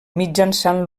mitjançant